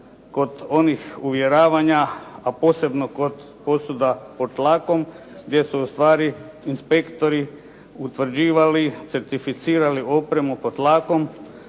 kod onih uvjeravanja a posebno kod osuda pod tlakom gdje su ustvari inspektori utvrđivali, certificirali opremu pod tlakom,